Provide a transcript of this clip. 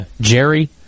Jerry